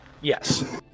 yes